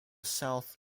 south